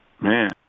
man